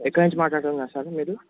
ఎక్కడనుంచి మాట్లాడుతున్నారు సార్ మీరు